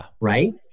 right